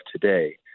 today